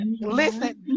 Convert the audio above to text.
listen